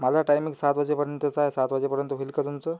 माझा टायमिंग सात वाजेपर्यंतचा आहे सात वाजेपर्यंत होईल का तुमचं